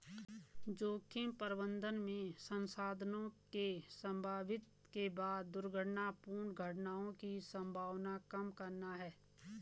जोखिम प्रबंधन में संसाधनों के समन्वित के बाद दुर्भाग्यपूर्ण घटनाओं की संभावना कम करना है